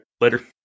Later